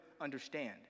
understand